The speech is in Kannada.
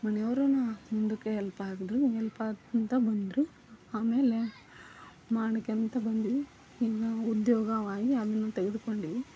ಮನೆಯವರೂ ಮುಂದಕ್ಕೆ ಎಲ್ಪ್ ಆದರೂ ಎಲ್ಪ್ ಆಗ್ತೀನಿ ಅಂತ ಬಂದರೂ ಆಮೇಲೆ ಮಾಡೋಕ್ಕೆ ಅಂತ ಬಂದರು ಈಗ ಉದ್ಯೋಗವಾಗಿ ಅದನ್ನು ತೆಗೆದುಕೊಂಡ್ವಿ